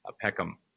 Peckham